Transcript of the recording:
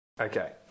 Okay